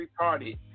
retarded